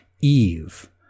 Eve